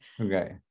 okay